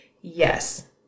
Yes